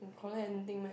collect anything meh